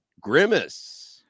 Grimace